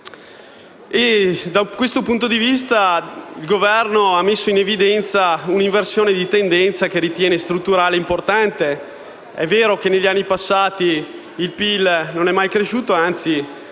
Da questo punto di vista, il Governo ha messo in evidenza un'inversione di tendenza che ritiene strutturale ed importante. È vero che negli anni passati il PIL non è mai cresciuto, anzi